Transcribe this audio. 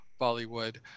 Bollywood